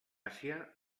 àsia